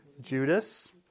Judas